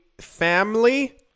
family